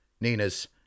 Nina's